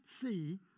see